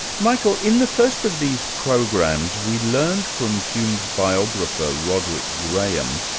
michael, in the first of these programs we learned from hume's biographer, roderick graham,